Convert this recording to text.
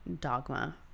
dogma